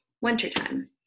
wintertime